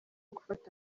gufata